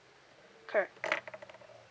correct